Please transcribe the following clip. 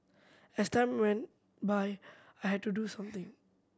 as time went by I had to do something